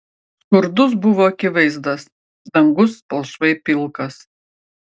skurdus buvo akivaizdas dangus palšvai pilkas